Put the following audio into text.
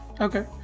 okay